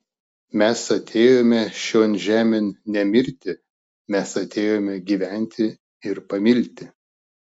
mes atėjome šion žemėn ne mirti mes atėjome gyventi ir pamilti